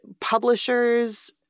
Publishers